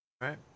Right